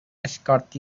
escort